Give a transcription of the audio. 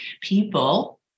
People